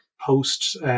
post